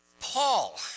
Paul